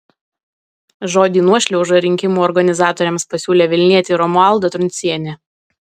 žodį nuošliauža rinkimų organizatoriams pasiūlė vilnietė romualda truncienė